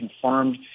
confirmed